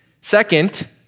Second